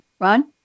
Ron